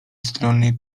strony